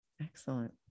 excellent